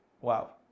Wow